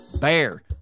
BEAR